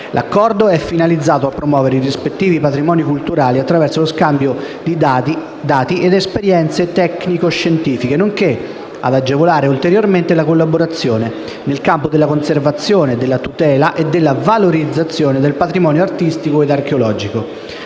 L'Accordo è finalizzato a promuovere i rispettivi patrimoni culturali attraverso lo scambio di dati ed esperienze tecnico-scientifiche, nonché ad agevolare ulteriormente la collaborazione nel campo della conservazione, della tutela e della valorizzazione del patrimonio artistico ed archeologico,